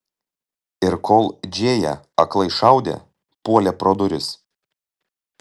ir kol džėja aklai šaudė puolė pro duris